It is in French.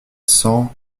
cents